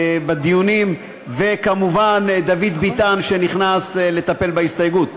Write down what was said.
בדיונים, וכמובן דוד ביטן, שנכנס לטפל בהסתייגות.